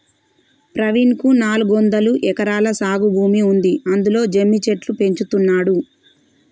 ప్రవీణ్ కు నాలుగొందలు ఎకరాల సాగు భూమి ఉంది అందులో జమ్మి చెట్లు పెంచుతున్నాడు